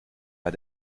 pas